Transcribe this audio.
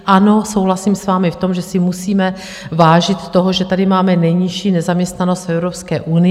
Ano, souhlasím s vámi v tom, že si musíme vážit toho, že tady máme nejnižší nezaměstnanost v Evropské unii.